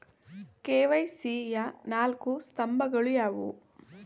KYC ಯ ನಾಲ್ಕು ಸ್ತಂಭಗಳು ಯಾವುವು?